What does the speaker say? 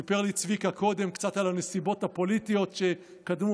סיפר לי צביקה קודם קצת על הנסיבות הפוליטיות שקדמו.